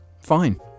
Fine